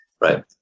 right